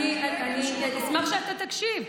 אבל אתה, אתה, אני אשמח שאתה תקשיב.